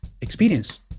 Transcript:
experience